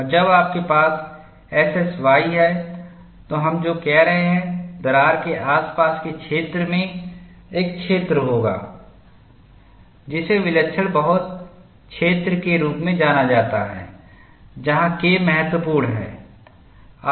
और जब आपके पास एसएसवाई है तो हम जो कह रहे हैं दरार के आसपास के क्षेत्र में एक क्षेत्र होगा जिसे विलक्षण बहुल क्षेत्र के रूप में जाना जाता है जहाँ K महत्वपूर्ण है